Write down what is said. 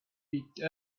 picked